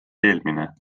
eelmine